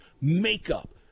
makeup